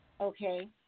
Okay